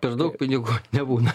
ir daug pinigų nebūna